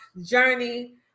journey